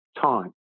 time